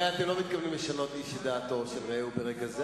הרי אתם לא מתכוונים לשנות איש את דעתו של רעהו ברגע זה,